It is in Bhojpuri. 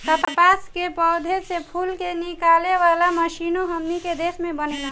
कपास के पौधा से फूल के निकाले वाला मशीनों हमनी के देश में बनेला